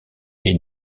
est